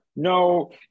No